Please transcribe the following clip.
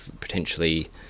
potentially